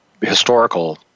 historical